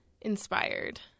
inspired